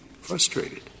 frustrated